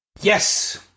Yes